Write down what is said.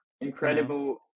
incredible